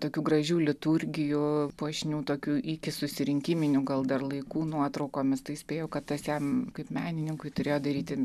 tokių gražių liturgijų puošnių tokių iki susirinkiminių gal dar laikų nuotraukomis tai spėju kad tas jam kaip menininkui turėjo daryti